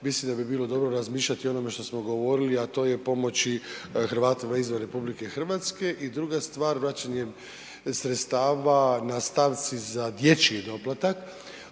mislim da bi bilo dobro razmišljati i o onome što smo govorili, a to je pomoći Hrvatima izvan RH. I druga stvar vraćanje sredstava na stavci za dječji doplatak